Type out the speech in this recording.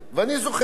ואני זוכר,